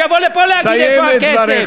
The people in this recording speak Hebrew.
שיבוא לפה להגיד איפה הכסף.